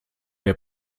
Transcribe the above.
der